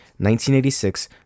1986